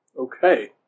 Okay